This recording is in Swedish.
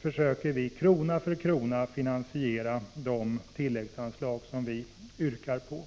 försöker att krona för krona finansiera de tilläggsanslag som vi yrkar på.